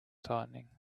tightening